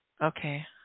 Okay